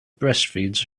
breastfeeds